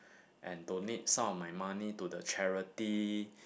and donate some of my money to the charity